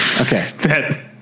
Okay